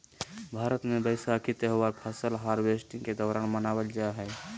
भारत मे वैसाखी त्यौहार फसल हार्वेस्टिंग के दौरान मनावल जा हय